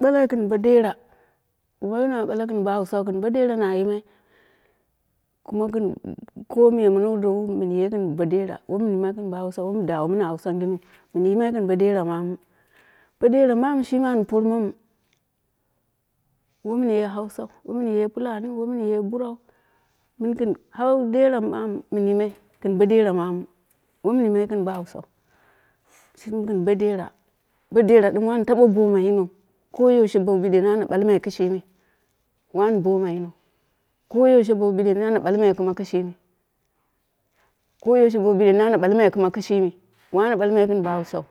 Bului gin bodera, woi nu bala gin bo haubuu, ginbo deru nu ye kumu gɨn ko miyu nene mun yiwu yin bo deru wui min yimui yɨn bo hausau, mi yimai gin bo dera mumu, bo deru mamu shini shi pormamu wo munye haubau, womin ye piluniu, wai minye burauu, min gin bal dera mamu mun yima gin bo dera mamu wai min yimai gin bo hausau, sai gin bo dera bu dera dim an tabu demaa yinon, doi bowu bidene na bulwu kishimi, wani an dema yinou ko yuushe bowu bidene nu balwu kashimi, ko yaushe buwu bidene nu bulwu kishiwi weni miu bulmai yin bo hausa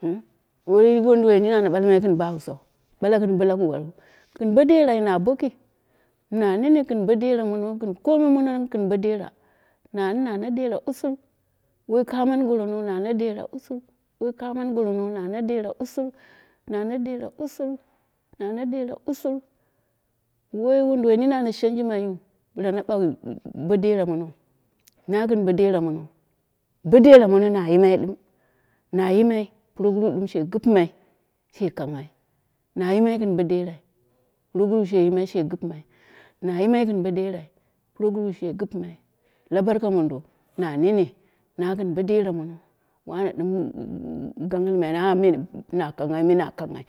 to wai wuduwai nini ana balmai wu yin bo hausau, balu nu balu gibo dera mina boki, na nene gin bo dera mono, gɨn komi mono gin bo dera, nani na na deera usul, wai mamo mamai nu dera usul wai kumo dera maiman nu dera usul, na na dera usul na na dera usul, wai wunduwai mini ana chami maiwu bila na bagh bodera monou, na gɨn bo dera meno, bo dera mono mi na yimai na yimai puguru dimshi ginimai, she kamghai nu yimai yin bo derai proguru shire dium she gipimai na imai yin bo derai, proguru she gipmai la barka mondo nu nene na girbo dera mmo wanan dim dauyile lume na kuighai, mu nakenghai,